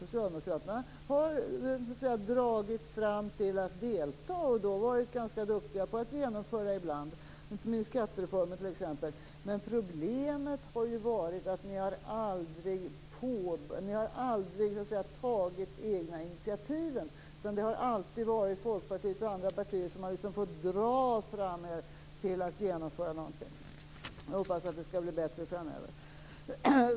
Socialdemokraterna har dragits fram till att delta i och ibland varit ganska duktiga på att genomföra reformer, inte minst skattereformen. Men problemet har varit att ni aldrig har tagit egna initiativ. Det har alltid varit Folkpartiet och andra partier som har fått dra fram er till att genomföra någonting. Jag hoppas att det skall bli bättre framöver.